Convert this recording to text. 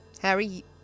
Harry